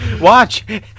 Watch